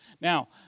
Now